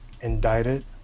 indicted